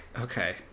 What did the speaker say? okay